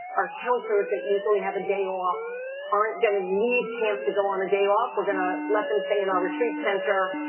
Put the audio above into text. our counselors that usually have a day off aren't going to leave camp to go on a day off. we're going to let them stay in our retreat center.